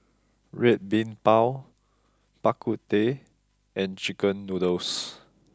Red Bean Bao Bak Kut Teh and chicken noodles